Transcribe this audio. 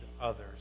others